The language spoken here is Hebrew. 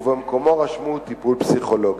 ובמקומו רשמו טיפול פסיכולוגי.